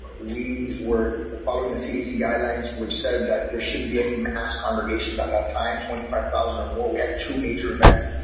but we were following the cdc guidelines, which said that there shouldn't be any mass congregations at that time. twenty five thousand or more. we had two major events,